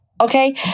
okay